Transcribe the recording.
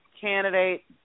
candidate